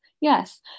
yes